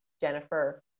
Jennifer